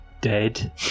dead